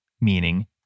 meaning